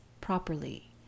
properly